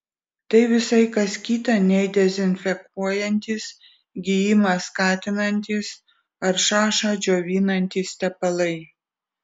tai visai kas kita nei dezinfekuojantys gijimą skatinantys ar šašą džiovinantys tepalai